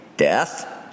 death